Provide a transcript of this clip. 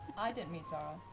i didn't meet zahra.